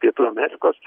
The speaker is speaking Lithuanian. pietų amerikos